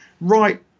right